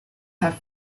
have